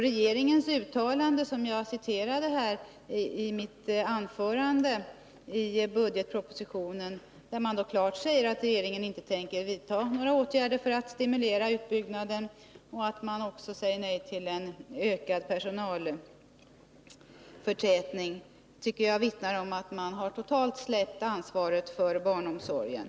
Regeringens uttalande i budgetpropositionen, som jag citerade i mitt anförande, där det klart sägs att regeringen inte tänker vidta några åtgärder för att stimulera utbyggnaden och där regeringen också säger nej till ökad personalförtätning, vittnar om att regeringen totalt har släppt ansvaret för barnomsorgen.